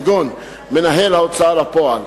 כגון מנהל ההוצאה לפועל.